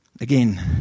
Again